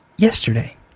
Yesterday